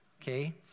okay